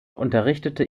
unterrichtete